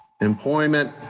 Employment